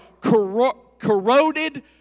corroded